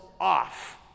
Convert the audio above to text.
off